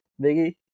biggie